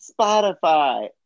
Spotify